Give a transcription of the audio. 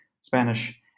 Spanish